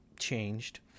changed